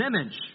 image